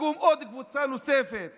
שתקום קבוצה נוספת